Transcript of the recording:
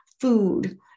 food